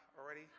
already